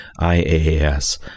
IAAS